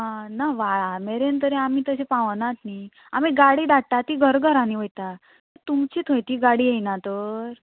आं ना व्हाळा मेरेन तरी आमी तशें पावनात न्ही आमी गाडी धाडटा ती घरघरांनी वयता तुमची थंय ती गाडी येयना तर